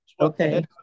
Okay